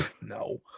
no